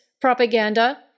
propaganda